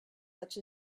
such